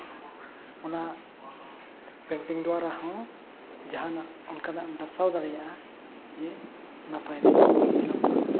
ᱚᱱᱟ ᱯᱮᱱᱴᱤᱝ ᱫᱚᱣᱟᱨᱟ ᱦᱚᱸ ᱡᱟᱦᱟᱱᱟᱜ ᱚᱱᱠᱟᱱᱟᱜ ᱮᱢ ᱫᱚᱨᱥᱟᱣ ᱫᱟᱲᱮᱭᱟᱜᱼᱟ ᱡᱮ ᱱᱟᱯᱟᱭᱛᱮ ᱧᱮᱞᱚᱜᱚᱜ ᱢᱟ